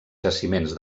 jaciments